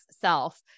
self